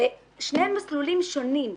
אלה שני מסלולים שונים.